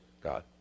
God